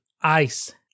Ice